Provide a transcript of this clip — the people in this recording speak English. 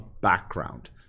background